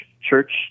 church